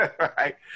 right